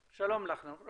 שלום לך, נור.